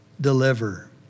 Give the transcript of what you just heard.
deliver